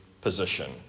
position